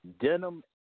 Denim